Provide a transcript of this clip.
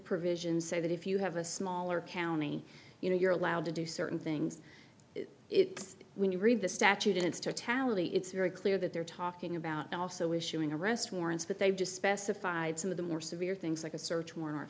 provisions say that if you have a smaller county you know you're allowed to do certain things it's when you read the statute in its totality it's very clear that they're talking about also issuing arrest warrants but they've just specified some of the more severe things like a search warrant